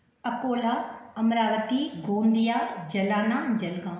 Akola Amravati Gondia Jalna Jalgaon